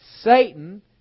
Satan